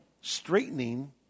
straightening